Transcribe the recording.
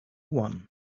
one